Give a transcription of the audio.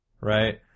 Right